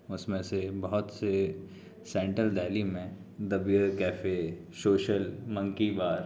اس میں سے بہت سے سینٹرل دہلی میں the beer cafe social monkey bar